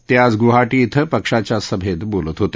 ते आज गुवाहारी के पक्षाच्या सभेत बोलत होते